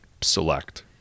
select